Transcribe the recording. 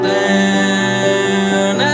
down